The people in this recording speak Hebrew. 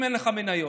אם אין לך מניות,